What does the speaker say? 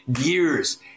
years